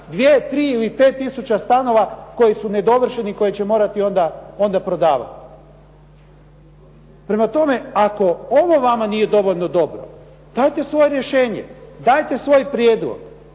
2, 3, ili 5 tisuća stanova koji su nedovršeni, koje će morati onda prodavati. Prema tome, ako ovo vama nije dovoljno dobro, dajte svoje rješenje, dajte svoj prijedlog,